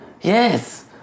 Yes